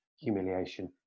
humiliation